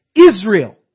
Israel